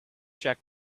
check